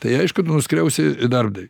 tai aišku tu nuskriausi darbdavį